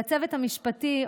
לצוות המשפטי,